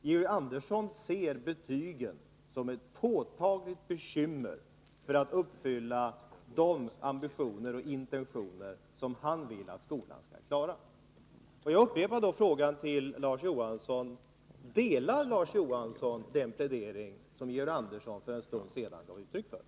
Georg Andersson ser betygen som ett påtagligt bekymmer för att uppfylla de ambitioner och intentioner som han vill att skolan skall klara. Jag upprepar frågan till Larz Johansson: Ansluter sig Larz Johansson till den plädering som Georg Andersson förde för en stund sedan?